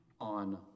On